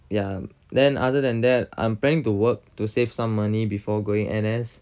ya then other than that I'm planning to work to save some money before going N_S